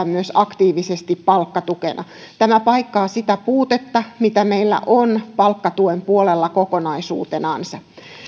myös aktiivisesti palkkatukena tämä paikkaa sitä puutetta mitä meillä on palkkatuen puolella kokonaisuutenansa